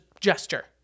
gesture